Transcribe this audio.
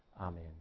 Amen